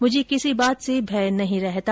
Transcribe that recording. मुझे किसी बात से भय नहीं रहता